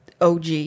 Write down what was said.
OG